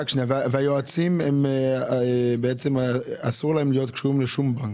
ליועצים אסור להיות קשורים לשום בנק?